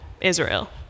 Israel